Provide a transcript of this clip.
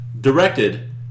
directed